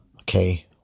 Okay